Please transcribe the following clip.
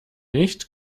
nicht